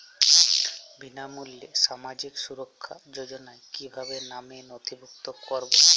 বিনামূল্যে সামাজিক সুরক্ষা যোজনায় কিভাবে নামে নথিভুক্ত করবো?